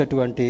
20